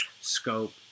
Scope